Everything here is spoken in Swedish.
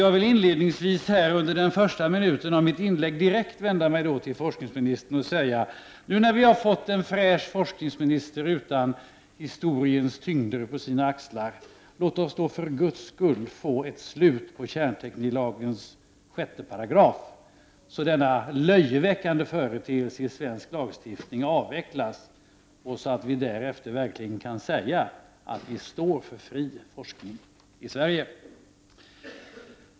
Jag vill inledningsvis under de första minuterna av mitt inlägg vända mig direkt till forskningsministern. Nu när vi har fått en fräsch forskningsminister utan historiens tyngder på sina axlar, låt oss då verkligen få ett slut på kärntekniklagens 6§, så att denna löjeväckande företeelse i svensk lagstiftning avvecklas och så att vi därefter kan säga att vi står för fri forskning i Sverige.